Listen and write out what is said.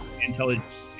intelligence